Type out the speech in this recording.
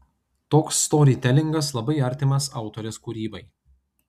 toks storytelingas labai artimas autorės kūrybai